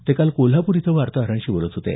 ते काल कोल्हापूर इथं वार्ताहरांशी बोलत होते